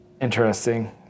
Interesting